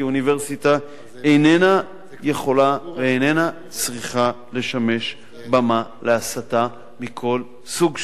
כי אוניברסיטה איננה יכולה ואיננה צריכה לשמש במה להסתה מכל סוג שהוא.